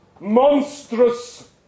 Monstrous